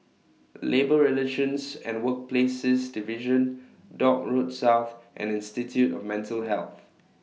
Labour Relations and Workplaces Division Dock Road South and Institute of Mental Health